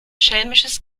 schelmisches